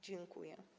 Dziękuję.